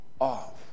off